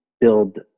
build